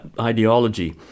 ideology